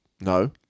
No